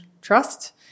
trust